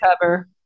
cover